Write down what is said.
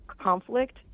conflict